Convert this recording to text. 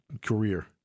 career